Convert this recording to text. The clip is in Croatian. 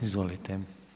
Izvolite.